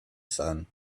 sun